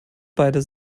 beider